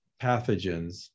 pathogens